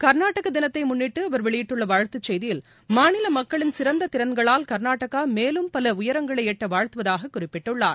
கர்நாடக தினத்தை முன்னிட்டு அவர் வெளியிட்டுள்ள வாழ்த்துச் செய்தியில் மாநில மக்களின் சிறந்த திறன்களால் கர்நாடகா மேலும் பல உயரங்களை எட்ட வாழ்த்துவதாக குறிப்பிட்டுள்ளார்